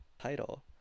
title